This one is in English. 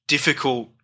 Difficult